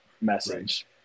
message